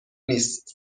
نیست